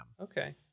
Okay